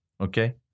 Okay